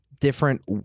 different